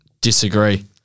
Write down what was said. disagree